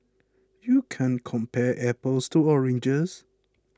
you can't compare apples to oranges